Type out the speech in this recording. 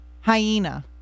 hyena